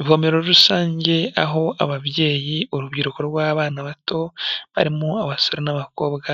Ivomero rusange aho ababyeyi, urubyiruko rw'abana bato barimo abasore n'abakobwa